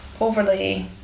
overly